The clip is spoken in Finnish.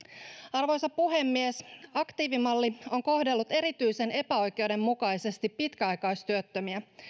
arvoisa puhemies aktiivimalli on kohdellut erityisen epäoikeudenmukaisesti pitkäaikaistyöttömiä